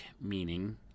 meaning